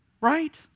right